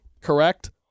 correct